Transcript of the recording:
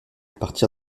partir